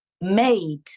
made